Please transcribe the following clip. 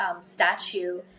statue